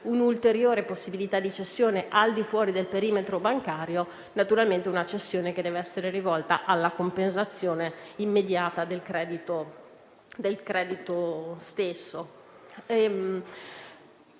un'ulteriore possibilità di cessione al di fuori del perimetro bancario. Naturalmente tale cessione deve essere rivolta alla compensazione immediata del credito stesso.